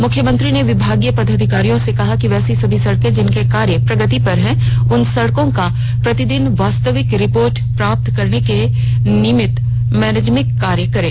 मुख्यमंत्री ने विभागीय पदाधिकारियों से कहा कि वैसी सभी सड़कें जिसका कार्य प्रगति पर है उन सड़कों का प्रतिदिन वास्तविक रिपोर्ट प्राप्त करने के निमित्त मैकेनिज्म तैयार करें